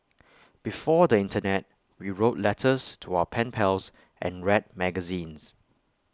before the Internet we wrote letters to our pen pals and read magazines